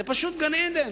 זה פשוט גן-עדן.